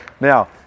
Now